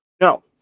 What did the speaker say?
No